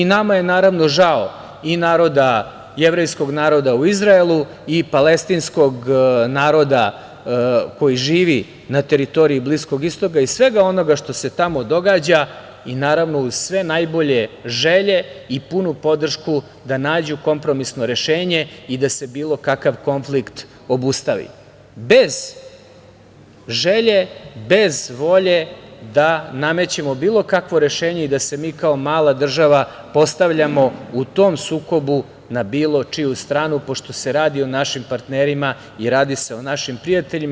Nama je, naravno, žao i jevrejskog naroda u Izraelu i palestinskog naroda koji živi na teritoriji Bliskog istoka i svega onoga što se tamo događa i naravno uz sve najbolje želje i punu podršku da nađu kompromisno rešenje i da se bilo kakav konflikt obustavi, bez želje, bez volje da namećemo bilo kakvo rešenje i da se mi kao mala država postavljamo u tom sukobu na bilo čiju stranu, pošto se radi o našim partnerima i radi se o našim prijateljima.